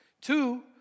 Two